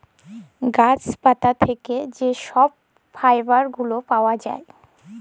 গাহাচ পাত থ্যাইকে যে ছব ফাইবার গুলা পাউয়া যায়